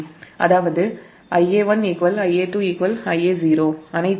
அதாவதுIa1 Ia2 Ia0 அனைத்தும் 13 Iaக்கு சமம்